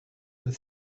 the